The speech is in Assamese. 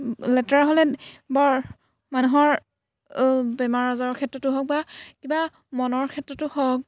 লেতেৰা হ'লে বৰ মানুহৰ বেমাৰ আজাৰৰ ক্ষেত্ৰতো হওক বা কিবা মনৰ ক্ষেত্ৰতো হওক